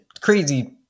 crazy